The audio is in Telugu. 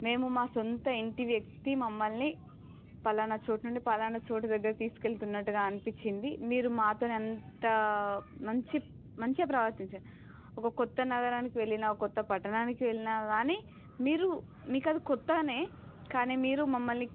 మేము మా సొంత ఇంటి వ్యక్తి మమ్మల్ని పలానా చోటు నుండి పలానా చోటు దగ్గర తీసుకు వెళ్తున్నట్టుగా అనిపించింది మీరు మాత ఎంత మంచి మంచిగా ప్రవర్తించిర్రు ఒక కొత్త నగరానికి వెళ్ళిన కొత్త పట్టణానికి వెళ్ళినా కానీ మీరు మీకు అది కొత్త కానీ మీరు మమ్మల్ని